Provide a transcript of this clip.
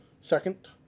second